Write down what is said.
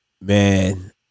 Man